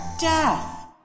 death